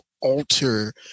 alter